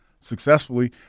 successfully